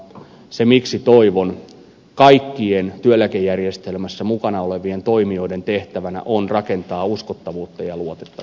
se miksi toivon on että kaikkien työeläkejärjestelmässä mukana olevien toimijoiden tehtävänä on rakentaa uskottavuutta ja luotettavuutta